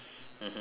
but